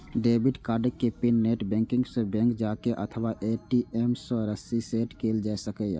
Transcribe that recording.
debit कार्डक pin net banking सं, bank जाके अथवा ए.टी.एम सं रीसेट कैल जा सकैए